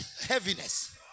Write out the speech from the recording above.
heaviness